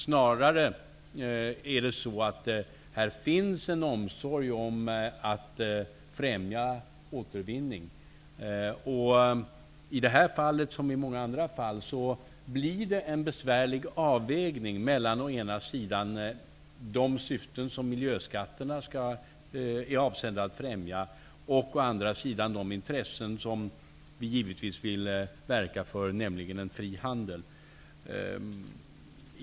Det är snarare så att det finns en omsorg om att främja återvinning. I detta fall, liksom i många andra fall, blir det en besvärlig avvägning mellan å ena sidan de syften som miljöskatterna är avsedda att främja och å andra sidan de intressen som vi givetvis vill verka för, nämligen en fri handel.